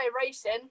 racing